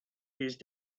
these